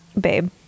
babe